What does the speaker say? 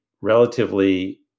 relatively